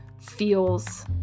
feels